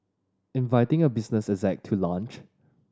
inviting a business exec to lunch